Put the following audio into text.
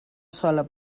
sola